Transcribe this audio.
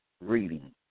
reading